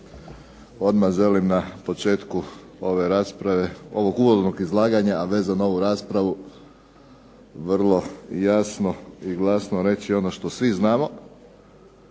Odmah želim na početku ove rasprave, ovog uvodnog izlaganja, a vezano za ovu raspravu, vrlo jasno i glasno reći ono što svi znamo